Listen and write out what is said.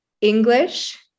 English